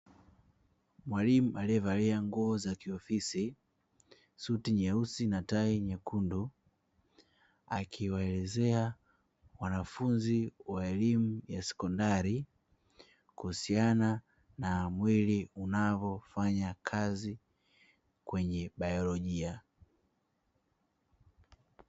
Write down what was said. Mwalimu aliyevalia nguo za kiofisi suti nyeusi na tai nyekundu akiwaelezea wanafunzi wa elimu ya sekondari, kuhusiana na mwili unavyofanya kazi kwenye baiolojia.